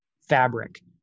fabric